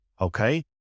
Okay